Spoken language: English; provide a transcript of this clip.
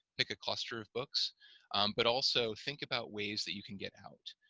pick a cluster of books but also think about ways that you can get out.